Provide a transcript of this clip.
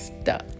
stuck